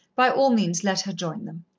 by all means let her join them.